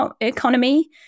economy